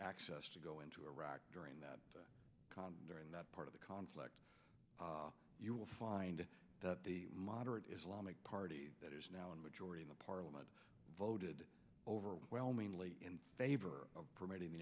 access to go into iraq during that condor in that part of the conflict you will find that the moderate islamic party that is now a majority in the parliament voted overwhelmingly in favor of permitting the